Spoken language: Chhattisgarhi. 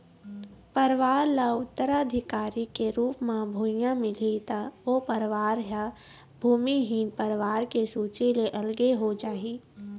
परवार ल उत्तराधिकारी के रुप म भुइयाँ मिलही त ओ परवार ह भूमिहीन परवार के सूची ले अलगे हो जाही